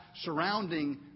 surrounding